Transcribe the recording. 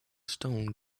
stone